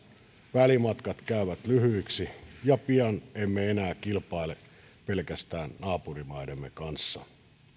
välimatkat käyvät lyhyiksi ja pian emme enää kilpaile pelkästään naapurimaidemme kanssa